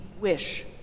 wish